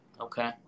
Okay